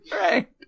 Right